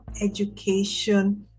education